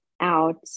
out